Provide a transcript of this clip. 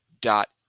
dot